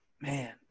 man